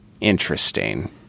Interesting